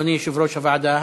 אדוני יושב-ראש הוועדה,